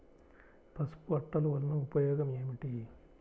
పసుపు అట్టలు వలన ఉపయోగం ఏమిటి?